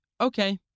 Okay